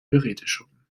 geräteschuppen